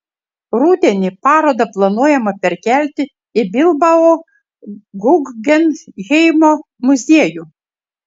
rudenį parodą planuojama perkelti į bilbao guggenheimo muziejų